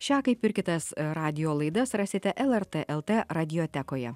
šią kaip ir kitas radijo laidas rasite lrt lt radijotekoje